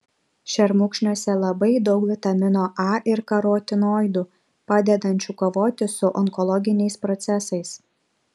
šermukšniuose labai daug vitamino a ir karotinoidų padedančių kovoti su onkologiniais procesais